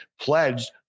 pledged